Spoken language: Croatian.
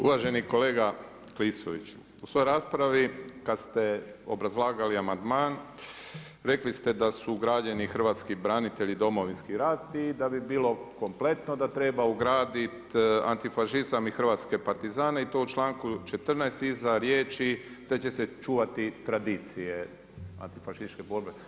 Uvaženi kolega Klisoviću, u svojoj raspravi kad ste obrazlagali amandman, rekli ste da su ugrađeni hrvatski branitelji, Domovinski rat i da bi bilo kompletno da treba ugraditi antifašizam i hrvatske partizane i to u članku 14. iza riječi da će se čuvati tradicije antifašističke borbe.